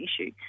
issue